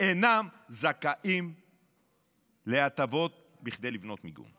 אינם זכאים להטבות כדי לבנות מיגון.